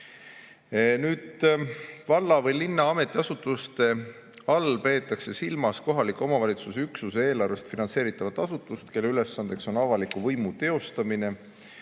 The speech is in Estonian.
Valla või linna ametiasutuse all peetakse silmas kohaliku omavalitsuse üksuse eelarvest finantseeritavat asutust, kelle ülesanne on avaliku võimu teostamine.